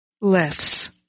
lifts